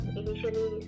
initially